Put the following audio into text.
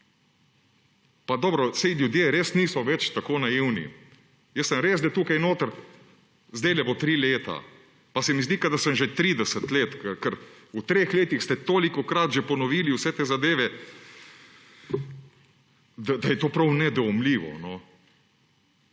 Pa dobro, saj ljudje res niso več tako naivni! Res, da sem tukaj notri – zdaj bo tri leta, pa se mi zdi, kot da sem že 30 let, ker v treh letih ste tolikrat že ponovili vse te zadeve, da je to prav nedojemljivo.